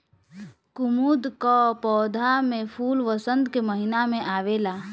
कुमुद कअ पौधा में फूल वसंत के महिना में आवेला